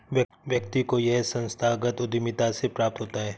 व्यक्ति को यह संस्थागत उद्धमिता से प्राप्त होता है